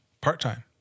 part-time